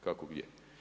Kako gdje.